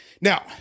Now